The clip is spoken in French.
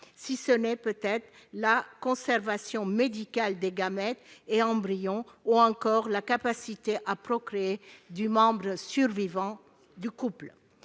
si ce n'est peut-être la conservation médicale des gamètes et embryons, ou encore la capacité à procréer du membre survivant du couple.